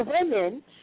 women